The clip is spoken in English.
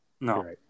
No